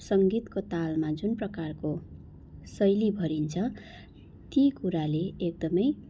सङ्गीतको तालमा जुन प्रकारको शैली भरिन्छ ती कुराले एकदमै